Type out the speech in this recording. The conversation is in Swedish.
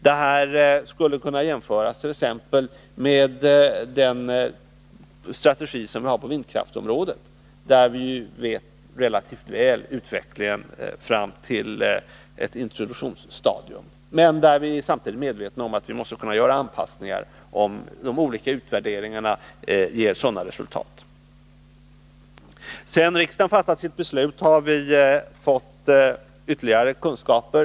Detta skulle kunna jämföras exempelvis med den strategi som vi har på vindkraftsområdet, där vi relativt väl känner till utvecklingen fram till ett introduktionsstadium men där vi samtidigt vet att vi måste göra anpassningar, om de olika utvärderingarna ger sådana resultat. Sedan riksdagen fattade sitt beslut har vi fått ytterligare kunskaper.